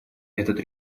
этот